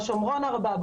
בשומרון יש ארבעה,